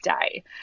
day